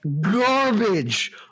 garbage